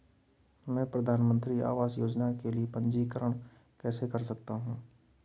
मैं प्रधानमंत्री आवास योजना के लिए पंजीकरण कैसे कर सकता हूं?